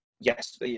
yes